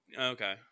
Okay